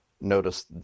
Notice